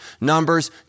Numbers